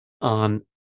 on